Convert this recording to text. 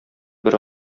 бер